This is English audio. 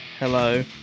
Hello